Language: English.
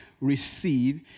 receive